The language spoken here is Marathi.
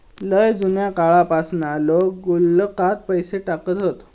लय जुन्या काळापासना लोका गुल्लकात पैसे टाकत हत